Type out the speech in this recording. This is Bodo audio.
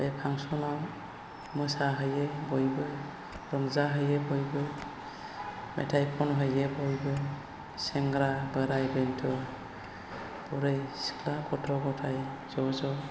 बे फांसनाव मोसाहैयो बयबो रंजाहैयो बयबो मेथाइ खनहैयो बयबो सेंग्रा बोराय बेन्थ' बुरै सिख्ला गथ' गथाय ज' ज'